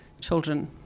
children